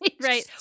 Right